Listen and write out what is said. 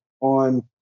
on